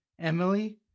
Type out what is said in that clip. Emily